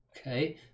Okay